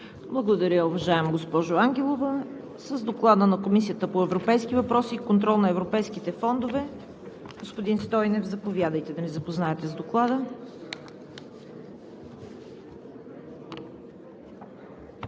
Благодаря, уважаема госпожо Ангелова. Доклад на Комисията по европейските въпроси и контрол на европейските фондове. Господин Стойнев, заповядайте да ни запознаете с Доклада.